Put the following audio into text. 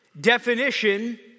definition